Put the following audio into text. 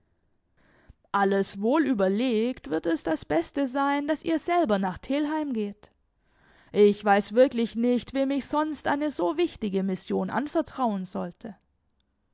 alles wohl überlegt wird es das beste sein daß ihr selber nach telheim geht ich weiß wirklich nicht wem ich sonst eine so wichtige mission anvertrauen sollte